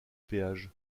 péage